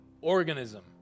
organism